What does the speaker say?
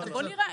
בוא נראה.